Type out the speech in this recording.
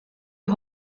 you